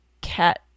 cat